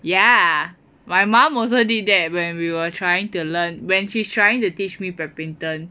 ya my mum also did that when we were trying to learn when she's trying to teach me badminton